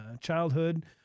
childhood